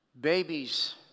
Babies